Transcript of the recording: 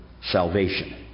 salvation